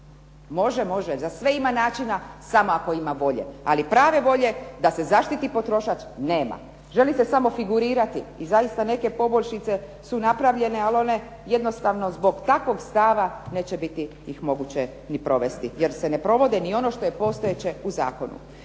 Može, za sve ima načina samo ako ima volja. Ali prave volje da se zaštiti potrošač nema. Želi se samo figurirati i zaista neke poboljšice su napravljene ali one jednostavno zbog takvog stava neće biti ih moguće ni provesti jer se ne provodi ni ono što je postojeće u zakonu.